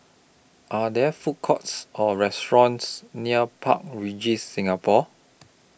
Are There Food Courts Or restaurants near Park Regis Singapore